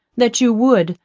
that you would,